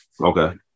okay